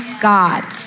God